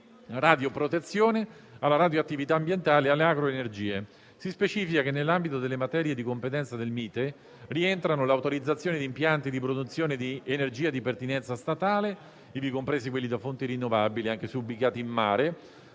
alla radioprotezione, alla radioattività ambientale e alle agroenergie. Si specifica che nell'ambito delle materie di competenza del MITE rientrano le autorizzazioni di impianti di produzione di energia di pertinenza statale, ivi compresi quelli da fonti rinnovabili anche se ubicati in mare,